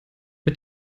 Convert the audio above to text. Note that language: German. mit